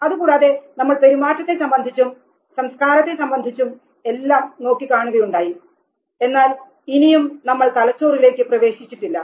അതുകൂടാതെ നമ്മൾ പെരുമാറ്റത്തെ സംബന്ധിച്ചും സംസ്കാരത്തെ സംബന്ധിച്ചും എല്ലാം നോക്കി കാണുകയുണ്ടായി എന്നാൽ ഇനിയും നമ്മൾ തലച്ചോറിലേക്ക് പ്രവേശിച്ചിട്ടില്ല